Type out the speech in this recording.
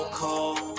cold